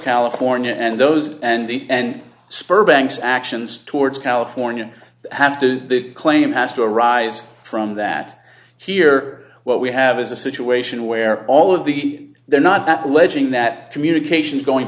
california and those and and spur banks actions towards california have to claim has to arise from that here what we have is a situation where all of the there not that legend that communication going